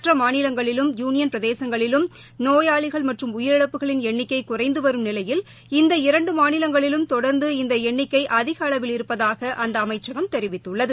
மற்ற மாநிலங்களிலும் யுனியன் பிரதேசங்களிலும் நோயாளிகள் மற்றும் உயிரிழப்புகளின் எண்ணிக்கை குறைந்து வரும் நிலையில் இந்த இரண்டு மாநிலங்களிலும் தொடர்ந்து இந்த எண்ணிக்கை அதிக அளவில் இருப்பதாக அந்த அமைச்சகம் தெரிவித்துள்ளது